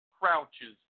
crouches